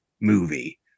movie